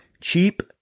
cheap